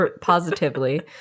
Positively